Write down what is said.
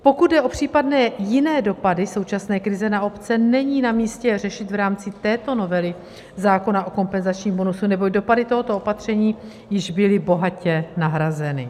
Pokud jde o případné jiné dopady současné krize na obce, není namístě je řešit v rámci této novely zákona o kompenzačním bonusu, neboť dopady tohoto opatření již byly bohatě nahrazeny.